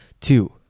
Two